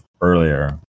earlier